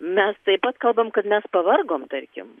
mes taip pat kalbam kad mes pavargom tarkim